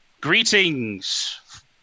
Greetings